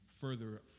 further